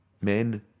Men